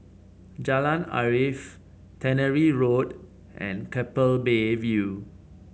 Jalan Arif Tannery Road and Keppel Bay View